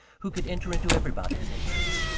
who could enter into everybody's interests,